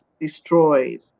destroyed